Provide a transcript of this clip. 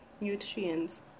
nutrients